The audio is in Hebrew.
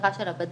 השגחה של הבד"צ.